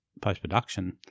post-production